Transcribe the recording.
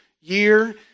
year